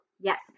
Yes